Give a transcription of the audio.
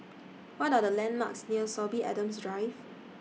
What Are The landmarks near Sorby Adams Drive